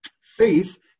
faith